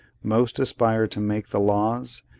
most aspire to make the laws,